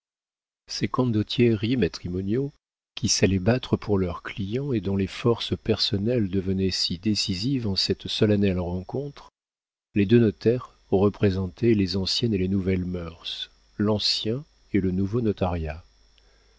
ces condottieri matrimoniaux qui s'allaient battre pour leurs clients et dont les forces personnelles devenaient si décisives en cette solennelle rencontre les deux notaires représentaient les anciennes et les nouvelles mœurs l'ancien et le nouveau notariat